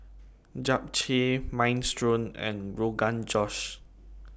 Japchae Minestrone and Rogan Josh